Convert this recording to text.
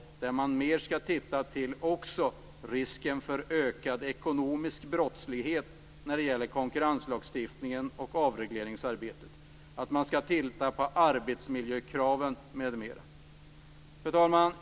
Dessa krav innebär att man mera skall se till risken för ökad brottslighet när det gäller konkurrenslagstiftningen och avregleringsarbetet, att man skall titta på arbetsmiljökraven m.m. Fru talman!